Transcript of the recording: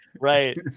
Right